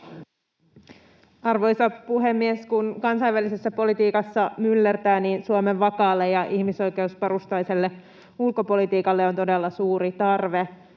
Arvoisa puhemies! Kun kansainvälisessä politiikassa myllertää, niin Suomen vakaalle ja ihmisoikeusperustaiselle ulkopolitiikalle on todella suuri tarve.